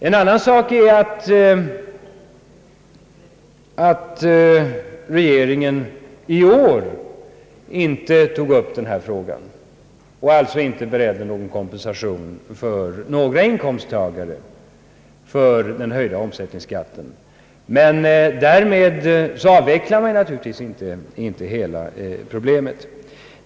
En annan sak är att regeringen i år inte tog upp denna fråga och alltså inte beredde någon kompensation för några inkomsttagare alls för den höjda omsättningsskatten. Men därmed avvecklar man naturligtvis inte hela problemet.